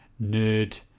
nerd